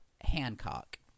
Hancock